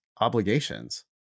obligations